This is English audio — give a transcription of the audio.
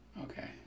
okay